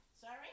sorry